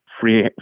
free